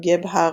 גבהארדט,